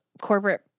corporate